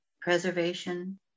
preservation